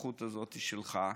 הסמכות הזאת היא שלך,